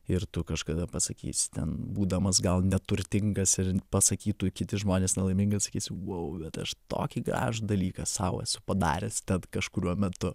ir tu kažkada pasakysi ten būdamas gal neturtingas ir pasakytų kiti žmonės nelaimingi atsakys vau bet aš tokį gražų dalyką sau esu padaręs tad kažkuriuo metu